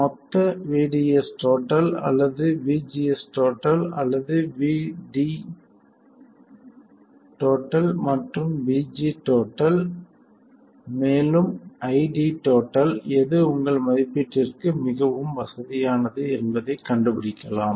மொத்த VDS அல்லது VGS அல்லது VD மற்றும் VG மேலும் ID எது உங்கள் ஒப்பீட்டிற்கு மிகவும் வசதியானது என்பதைக் கண்டுபிடிக்கலாம்